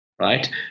right